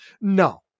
No